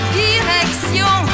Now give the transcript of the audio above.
direction